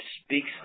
speaks